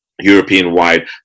European-wide